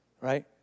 right